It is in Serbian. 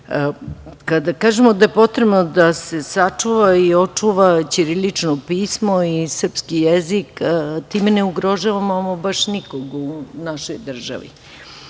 kažemo da je potrebno da se sačuva i očuva ćirilično pismo i srpski jezik time ne ugrožavamo ama baš nikoga u našoj državi.